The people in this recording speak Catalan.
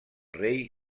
rei